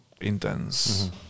intense